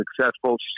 successful